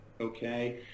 Okay